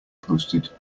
posted